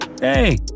Hey